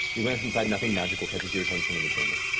you glance inside. nothing magical catches your attention in the chamber.